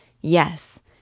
Yes